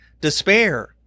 despair